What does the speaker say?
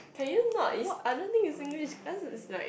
can you not is I don't think is Singlish cause it's like